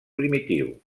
primitiu